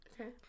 Okay